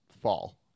fall